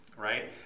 right